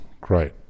great